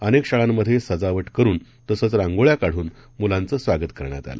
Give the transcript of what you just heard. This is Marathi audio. अनेकशाळांमध्येसजावटकरूनतसेचरांगोळ्याकाढूनमुलांचेस्वागतकरण्यातआलं